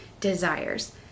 Desires